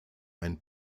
ein